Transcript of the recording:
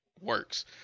works